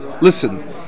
listen